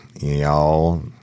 y'all